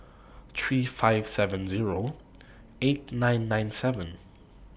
three five seven Zero eight nine nine seven